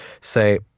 say